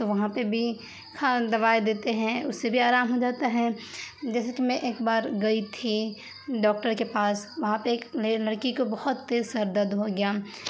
تو وہاں پہ بھی ہاں دوائی دیتے ہیں اس سے بھی آرام ہو جاتا ہے جیسے کہ میں ایک بار گئی تھی ڈاکٹر کے پاس وہاں پہ ایک لڑکی کو بہت تیز سر درد ہو گیا